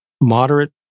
moderate